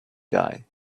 die